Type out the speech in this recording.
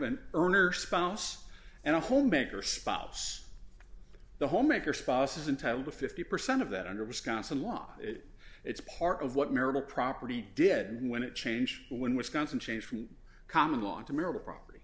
earner spouse and a homemaker spots the homemaker spouses entitle to fifty percent of that under wisconsin law it it's part of what marital property did and when it changed when wisconsin changed from common law to marital property